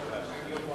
לשם החוק, כן.